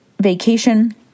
vacation